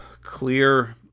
clear